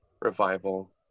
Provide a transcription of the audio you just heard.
revival